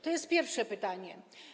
To jest pierwsze pytanie.